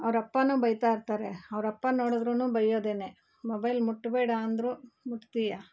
ಅವರಪ್ಪನೂ ಬೈತಾ ಇರ್ತಾರೆ ಅವರಪ್ಪ ನೋಡಿದ್ರು ಬೈಯದೇನೆ ಮೊಬೈಲ್ ಮುಟ್ಬೇಡ ಅಂದರು ಮುಟ್ತೀಯ